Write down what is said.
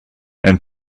and